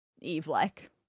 Eve-like